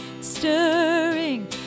stirring